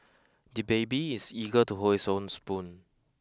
the baby is eager to hold his own spoon